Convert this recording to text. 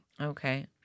Okay